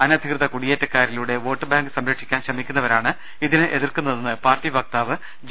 അനധികൃത കുടി യേറ്റക്കാരിലൂടെ വോട്ട് ബാങ്ക് സംരക്ഷിക്കാൻ ശ്രമിക്കുന്നവരാണ് ഇതിനെ എതിർക്കുന്നതെന്ന് പാർട്ടി വക്താവ് ജി